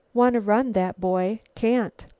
wanna run, that boy. can't.